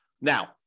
Now